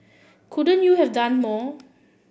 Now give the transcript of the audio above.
couldn't you have done more